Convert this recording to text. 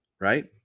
right